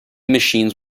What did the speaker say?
machines